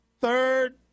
third